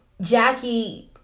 jackie